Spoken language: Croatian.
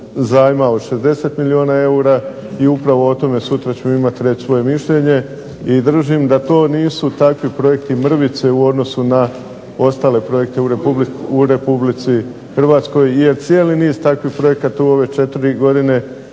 zajma od 60 milijuna eura, i upravo o tome sutra ćemo imati reći svoje mišljenje i držim da to nisu takvi projekti mrvice u odnosu na ostale projekte u Republici Hrvatskoj, jer cijeli niz takvih projekata u ove četiri godine